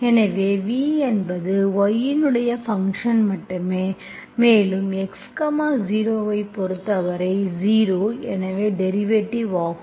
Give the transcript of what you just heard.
எனவே v என்பது y இன் ஃபங்க்ஷன் மட்டுமே மேலும் x 0 ஐப் பொறுத்தவரை 0 எனவே டெரிவேட்டிவ் ஆகும்